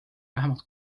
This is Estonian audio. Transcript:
vähemalt